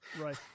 right